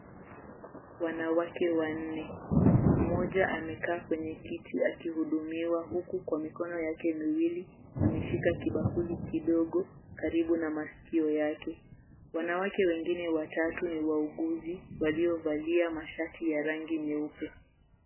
Wanawake wanne, mmoja amekaa kwenye kiti huku akihudumiwa kwa mikono yake miwili ameshika kibakuli kidogo karibu na masikio yake, wanawake wengine watatu ni wauguzi waliovalia mashati ya rangi nyeupe.